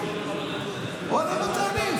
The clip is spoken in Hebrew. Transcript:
אתה לא תאמין,